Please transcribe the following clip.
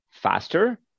faster